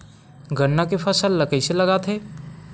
गन्ना के फसल ल कइसे लगाथे?